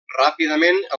ràpidament